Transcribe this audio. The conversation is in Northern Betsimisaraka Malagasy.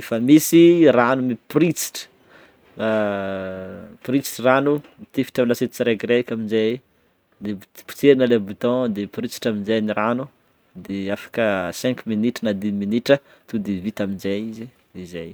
efa misy rano miporisitry a, miporisitry rano mitifitra lasiety tsirekireky amizey de potserina le bouton de miporisitry amizegny n'y rano de afaka cinq minutes na dix minitra tonga de vita amize izy de zay.